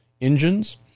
engines